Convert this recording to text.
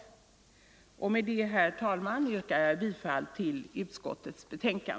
Herr talman! Med detta yrkar jag bifall till utskottets hemställan.